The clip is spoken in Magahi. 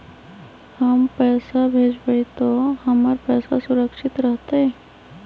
हम पैसा भेजबई तो हमर पैसा सुरक्षित रहतई?